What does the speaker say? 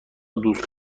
دوست